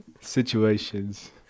Situations